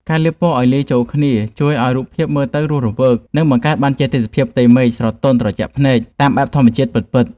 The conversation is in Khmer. ការលាបពណ៌ឱ្យរលាយចូលគ្នាជួយឱ្យរូបភាពមើលទៅរស់រវើក និង បង្កើតបានជាទេសភាពផ្ទៃមេឃស្រទន់ត្រជាក់ភ្នែកតាមបែបធម្មជាតិពិតៗ។